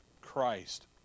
Christ